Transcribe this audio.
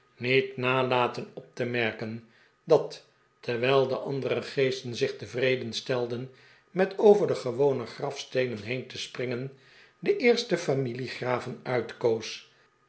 niet nalaten op te merken dat terwijl de andere geesten zich tevreden stelden met over de gewone grafsteenen heen te springen de eerste